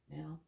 Now